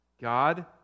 God